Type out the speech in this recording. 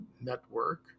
Network